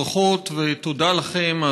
ברכות ותודה לכם,